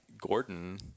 Gordon